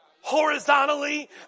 horizontally